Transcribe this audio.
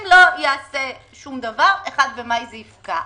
אם לא ייעשה דבר, ב-1 במאי זה יפקע.